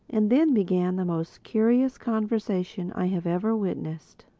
and then began the most curious conversation i have ever witnessed.